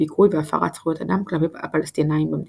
דיכוי והפרת זכויות אדם כלפי הפלסטינים במדינה,